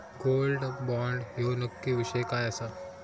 Gold bond ह्यो नक्की विषय काय आसा?